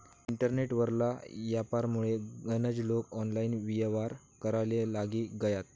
internet वरला यापारमुये गनज लोके ऑनलाईन येव्हार कराले लागी गयात